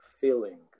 feeling